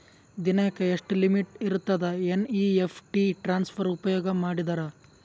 ದಿನಕ್ಕ ಎಷ್ಟ ಲಿಮಿಟ್ ಇರತದ ಎನ್.ಇ.ಎಫ್.ಟಿ ಟ್ರಾನ್ಸಫರ್ ಉಪಯೋಗ ಮಾಡಿದರ?